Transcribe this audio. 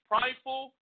prideful